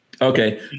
Okay